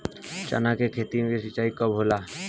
चना के खेत मे सिंचाई कब होला?